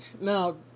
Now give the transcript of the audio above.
Now